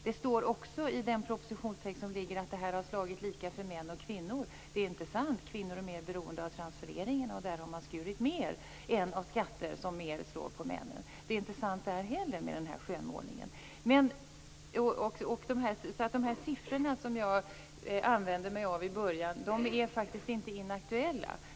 Det framgår också i propositionstexten att det hela har slagit lika för män och kvinnor. Det är inte sant. Kvinnor är mer beroende av transfereringar - och där har det skurits ned - än av skatter som mer slås ut på männen. Skönmålningen är inte sann. Siffrorna jag använde mig av är inte inaktuella.